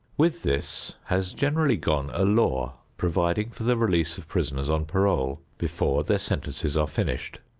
with this has generally gone a law providing for the release of prisoners on parole before their sentences are finished.